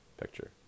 picture